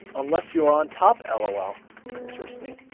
unless you're on top lol ah interesting